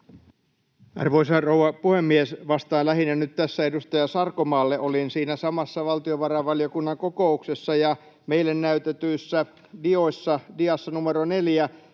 Arvoisa rouva puhemies! Vastaan nyt lähinnä edustaja Sarkomaalle. Olin siinä samassa valtiovarainvaliokunnan kokouksessa, ja meille näytetyssä diassa numero 4